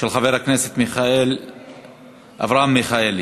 של חבר הכנסת אברהם מיכאלי.